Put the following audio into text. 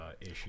issue